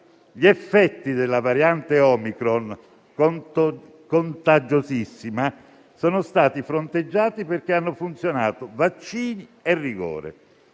Gli effetti della variante Omicron, contagiosissima, sono stati fronteggiati perché hanno funzionato vaccini e rigore.